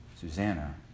Susanna